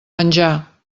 penjà